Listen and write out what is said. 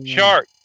Shark